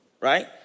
right